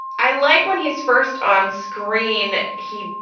i like when he's first on screen. he,